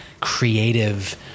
creative